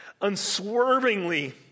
unswervingly